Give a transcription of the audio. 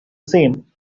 same